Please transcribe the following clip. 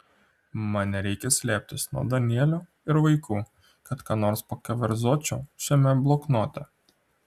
man nereikia slėptis nuo danielio ir vaikų kad ką nors pakeverzočiau šiame bloknote